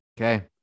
Okay